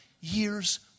years